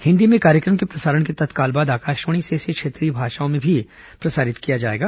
हिन्दी में कार्यक्रम के प्रसारण के तत्काल बाद आकाशवाणी से इसे क्षेत्रीय भाषाओं में भी प्रसारित किया जाएगा